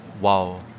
wow